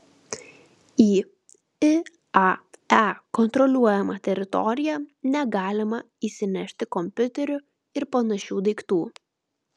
į iae kontroliuojamą teritoriją negalima įsinešti kompiuterių ir panašių daiktų